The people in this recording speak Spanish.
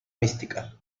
mística